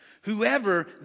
Whoever